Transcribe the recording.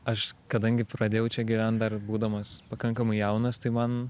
aš kadangi pradėjau čia gyvent dar būdamas pakankamai jaunas tai man